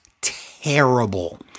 terrible